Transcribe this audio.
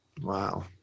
wow